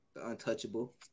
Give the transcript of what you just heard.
untouchable